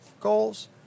goals